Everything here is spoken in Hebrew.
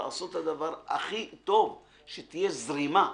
לעשות את הדבר הכי טוב שתהיה זרימה.